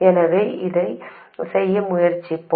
எனவே இதைச் செய்ய முயற்சிப்போம்